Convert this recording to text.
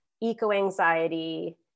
Eco-anxiety